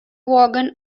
vaughan